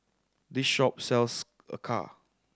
this shop sells acar